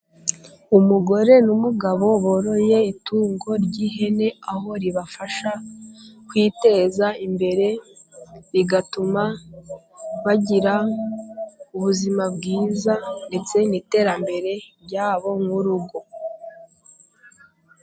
Umugore n'umugabo boroye itungo ry'ihene, aho ribafasha kwiteza imbere, bigatuma bagira ubuzima bwiza, ndetse n'iterambere ryabo nk'urugo.